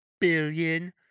billion